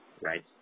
right